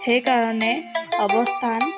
সেইকাৰণে অৱস্থান